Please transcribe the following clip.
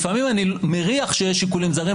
לפעמים אני מריח שיש שיקולים זרים,